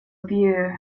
view